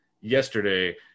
yesterday